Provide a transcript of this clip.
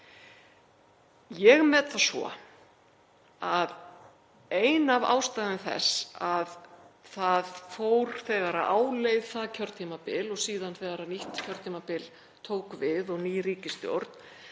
Ég met það svo að ein af ástæðum þess að þegar leið á það kjörtímabil, og síðan þegar nýtt kjörtímabil tók við og ný ríkisstjórn,